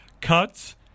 cuts